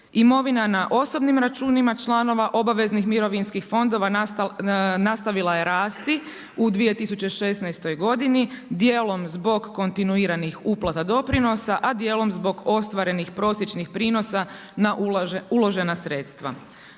Imovina na osobnim računima članova obaveznih mirovinskih fondova, nastavila je rasti u 2016. godini, dijelom zbog kontinuiranih uplata doprinosa, a dijelom zbog ostvarenih prosječnih prinosa na uložena sredstva.